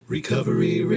Recovery